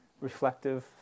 reflective